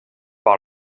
par